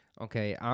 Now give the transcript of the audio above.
Okay